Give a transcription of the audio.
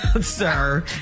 sir